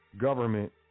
government